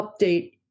update